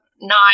nine